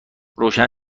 روشن